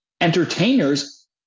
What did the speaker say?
entertainers